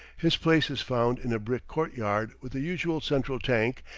his place is found in a brick court-yard with the usual central tank,